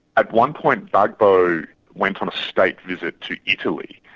at one point, gbagbo went on a state visit to italy,